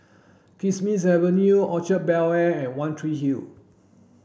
Kismis Avenue Orchard Bel Air and One Tree Hill